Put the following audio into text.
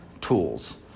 tools